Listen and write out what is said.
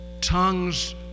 tongues